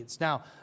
Now